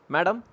Madam